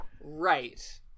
Right